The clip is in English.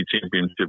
championship